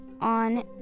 on